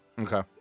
okay